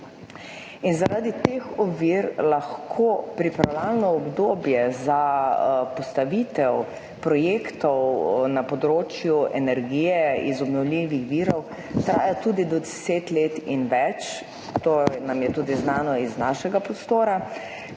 Zaradi teh ovir lahko pripravljalno obdobje za postavitev projektov na področju energije iz obnovljivih virov traja tudi do 10 let in več, to nam je tudi znano iz našega prostora,